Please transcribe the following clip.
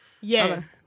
Yes